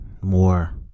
More